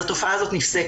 אז ברור שהתופעה הזו נפסקת.